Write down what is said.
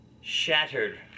shattered